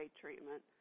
treatment